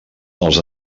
els